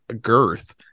girth